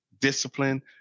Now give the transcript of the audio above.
discipline